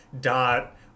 dot